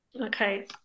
Okay